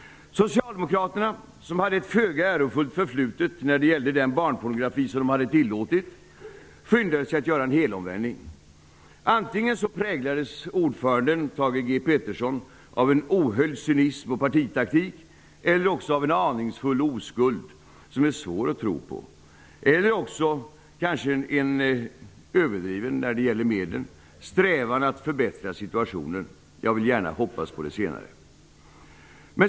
Socialdemokraterna, som hade ett föga ärofullt förflutet när det gällde den barnpornografi som de tillåtit, skyndade sig att göra en helomvändning. Antingen präglades ordföranden Thage G Peterson av en ohöljd cynism och partitaktik eller också av en aningsfull oskuld -- som är svår att tro på -- eller också kanske en, när det gäller medlen, överdriven strävan att förbättra situationen. Jag vill gärna hoppas på det senare.